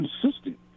consistent